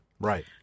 Right